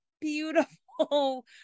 beautiful